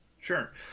Sure